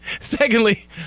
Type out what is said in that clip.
secondly